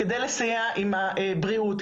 כדי לסייע עם הבריאות.